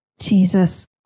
Jesus